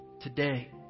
Today